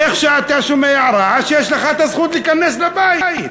איך שאתה שומע רעש יש לך זכות להיכנס לבית.